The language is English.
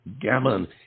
Gammon